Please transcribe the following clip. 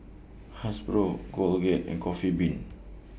Hasbro Colgate and Coffee Bean